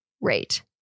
rate